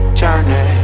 journey